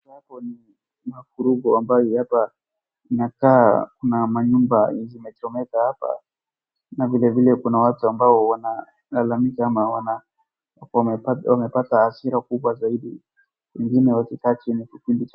Hapo ni masurubu ambayo hapa inakaa kuna manyumba zimechomeka hapa na vile vile kuna watu ambao wanalalamika ama wamepata hasira kubwa zaidi wengine wakikaa chini.